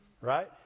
Right